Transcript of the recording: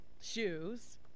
shoes